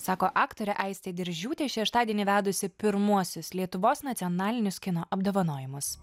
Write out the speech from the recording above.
sako aktorė aistė diržiūtė šeštadienį vedusi pirmuosius lietuvos nacionalinius kino apdovanojimus